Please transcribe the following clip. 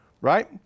right